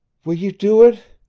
will you do it?